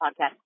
podcast